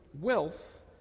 wealth